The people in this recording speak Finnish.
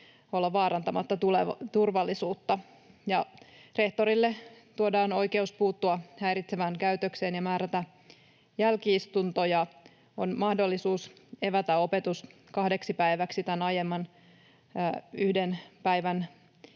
olla vaarantamatta turvallisuutta. Rehtorille tuodaan oikeus puuttua häiritsevään käytökseen ja määrätä jälki-istuntoja. On mahdollisuus evätä opetus kahdeksi päiväksi tämän aiemman yhden päivän